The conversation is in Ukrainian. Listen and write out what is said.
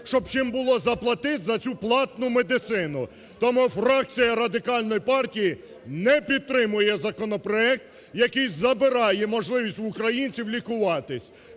щоб чим було заплатити за цю платну медицину. Тому фракція Радикальної партії не підтримує законопроект, який забирає можливість в українців лікуватись.